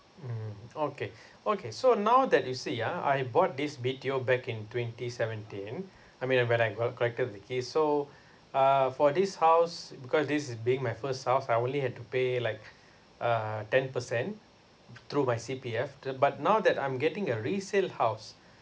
mmhmm okay okay so now that you see ah I bought this B_T_O back in twenty seventeen I mean when I got the grant got the keys so uh for this house because this is being my first house I only had to pay like uh ten percent through my C_P_F the but now that I'm getting a resale house